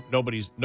Nobody's